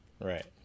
Right